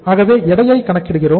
ஆகவே எடையை கணக்கிடுகிறோம்